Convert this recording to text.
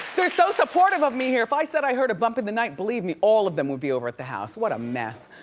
they're so supportive of me here. if i said i heard a bump in the night, believe me, all of them would be over at the house. what a mess.